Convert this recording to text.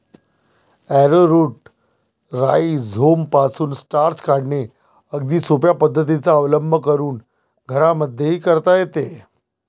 arrowroot राईझोमपासून starch काढणे अगदी सोप्या पद्धतीचा अवलंब करून घरांमध्येही करता येते